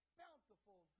bountiful